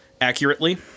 accurately